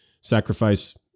sacrifice